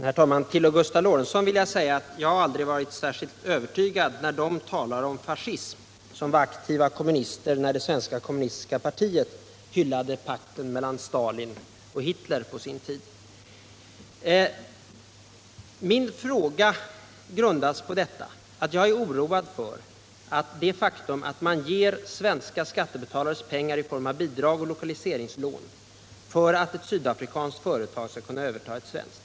Herr talman! Till Gustav Lorentzon vill jag säga att jag aldrig har blivit särskilt övertygad när de talar om fascism som var aktiva kommunister när det svenska kommunistiska partiet på sin tid hyllade pakten mellan Stalin och Hitler. Min fråga grundas på oro över att man ger svenska skattebetalares pengar i form av bidrag och lokaliseringslån för att ett sydafrikanskt företag skall kunna överta ett svenskt.